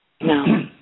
No